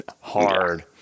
hard